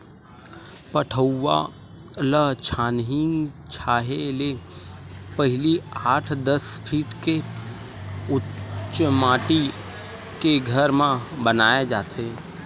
पठउवा ल छानही छाहे ले पहिली आठ, दस फीट के उच्च माठी के घर म बनाए जाथे